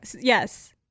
Yes